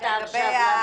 הכנה לשנייה ושלישית.